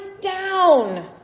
down